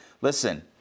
Listen